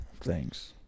Thanks